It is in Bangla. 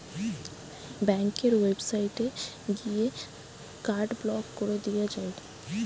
ব্যাংকের ওয়েবসাইটে গিয়ে কার্ড ব্লক কোরে দিয়া যায়